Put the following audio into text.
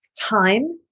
time